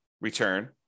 return